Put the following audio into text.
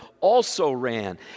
also-ran